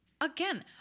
Again